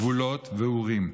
גבולות ואורים.